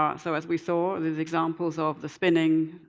um so as we saw those examples of the spinning